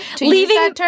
leaving